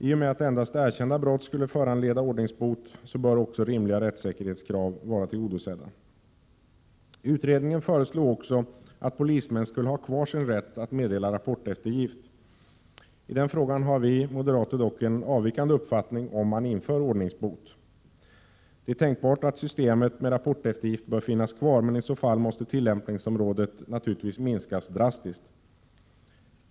I och med att endast erkända brott skulle föranleda ordningsbot bör också rimliga rättssäkerhetskrav vara tillgodosedda. Utredningen föreslog också att polismän skulle ha kvar sin rätt att meddela rapporteftergift. I den frågan har vi moderater dock en avvikande uppfattning, om man inför ordningsbot. Det är tänkbart att systemet med rapporteftergift bör finnas kvar, men i så fall måste tillämpningsområdet minskas drastiskt.